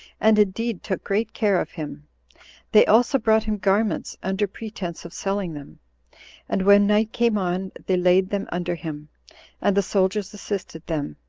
and indeed took great care of him they also brought him garments, under pretense of selling them and when night came on, they laid them under him and the soldiers assisted them,